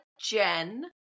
Jen